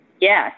Yes